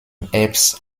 herbst